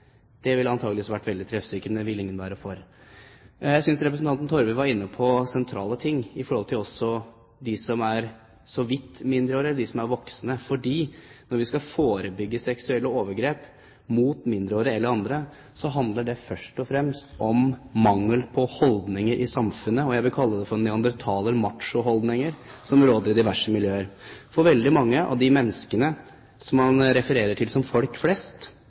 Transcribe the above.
Det ville antakeligvis vært veldig treffsikkert, men det ville ingen være for. Jeg synes representanten Torve var inne på sentrale ting når det gjaldt dem som så vidt er mindreårige, eller som er voksne, for når vi skal forebygge seksuelle overgrep mot mindreårige eller andre, handler det først og fremst om mangel på holdninger i samfunnet. Jeg vil kalle det for neandertaler-macho-holdninger, som råder i diverse miljøer. Veldig mange av de menneskene som man refererer til som «folk flest»,